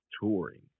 touring